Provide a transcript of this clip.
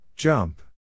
Jump